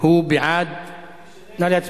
הוא בעד